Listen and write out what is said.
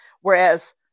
whereas